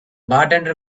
bartender